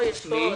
לא, יש פה עוד.